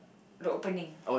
the opening